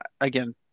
again